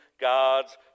God's